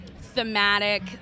thematic